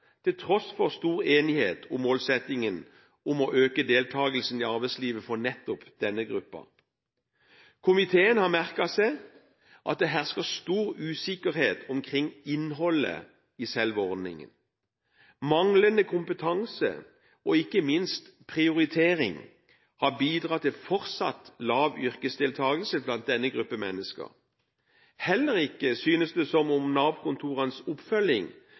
til tross for stor enighet om målsettingen om å øke deltakelsen i arbeidslivet for nettopp denne gruppen. Komiteen har merket seg at det hersker stor usikkerhet omkring innholdet i selve ordningen. Manglende kompetanse og ikke minst prioritering har bidratt til fortsatt lav yrkesdeltakelse blant denne gruppen mennesker. Heller ikke synes det som om Nav-kontorenes oppfølging